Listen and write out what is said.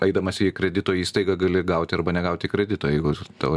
eidamas į kredito įstaigą gali gauti arba negauti kredito jeigu tavo